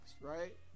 right